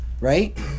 Right